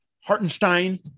Hartenstein